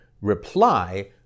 reply